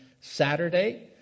Saturday